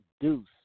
Deuce